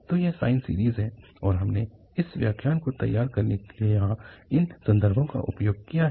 तो यह sine series है और हमने इस व्याख्यान को तैयार करने के लिए यहाँ इन संदर्भों का उपयोग किया है